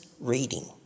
reading